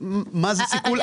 מה זה סיכול?